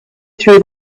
through